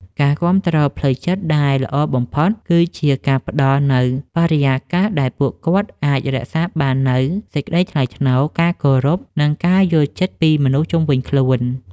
ការគាំទ្រផ្លូវចិត្តដែលល្អបំផុត គឺជាការផ្ដល់នូវបរិយាកាសដែលពួកគាត់អាចរក្សាបាននូវសេចក្តីថ្លៃថ្នូរ ការគោរព និងការយល់ចិត្តពីមនុស្សជុំវិញខ្លួន។